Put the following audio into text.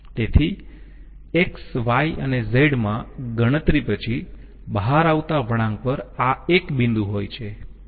તેથી X Y અને Zમાં ગણતરી પછી બહાર આવતા વળાંક પર આ એક બિંદુ હોય છે